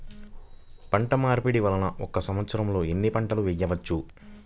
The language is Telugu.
పంటమార్పిడి వలన ఒక్క సంవత్సరంలో ఎన్ని పంటలు వేయవచ్చు?